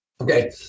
Okay